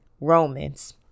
Romans